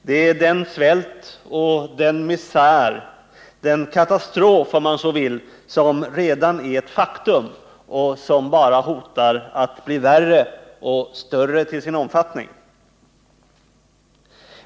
Det är den svält och den misär, den katastrof om man så vill, som redan är ett faktum och som bara hotar att bli värre och större till sin omfattning.